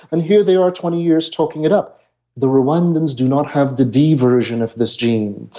and here they are twenty years talking it up the rwandans do not have the d version of this gene.